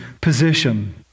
position